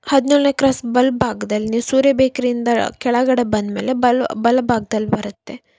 ಹದಿನೇಳನೇ ಕ್ರಾಸ್ ಬಲ ಭಾಗ್ದಲ್ಲಿ ನೀವು ಸೂರ್ಯ ಬೇಕ್ರಿಯಿಂದ ಕೆಳಗಡೆ ಬಂದ ಮೇಲೆ ಬಲ ಬಲ ಭಾಗ್ದಲ್ಲಿ ಬರುತ್ತೆ